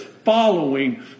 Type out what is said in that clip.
following